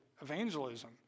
evangelism